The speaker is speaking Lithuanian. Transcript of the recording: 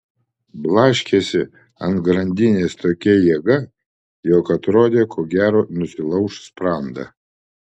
blaškėsi ant grandinės tokia jėga jog atrodė ko gero nusilauš sprandą